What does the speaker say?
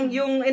yung